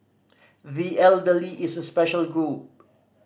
the elderly is a special group